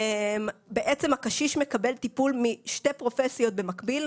בעצם, הקשיש מקבל טיפול משתי פרופסיות במקביל,